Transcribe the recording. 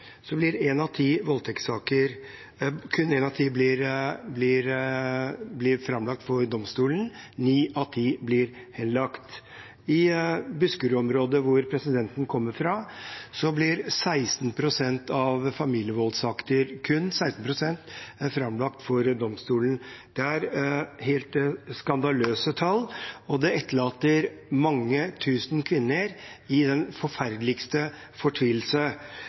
kun én av ti voldtektssaker framlagt for domstolen, ni av ti blir henlagt. I Buskerud-området, hvor presidenten kommer fra, blir kun 16 pst. av familievoldssaker framlagt for domstolen. Det er helt skandaløse tall, og det etterlater mange tusen kvinner i den forferdeligste fortvilelse.